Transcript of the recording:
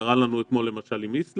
קרה לנו אתמול עם איסלנד,